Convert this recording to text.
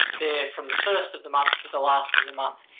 they're from the first of the month to the last of the month.